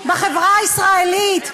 מיעוט לאומי בחברה הישראלית?